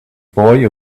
boy